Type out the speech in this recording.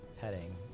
petting